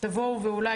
שאולי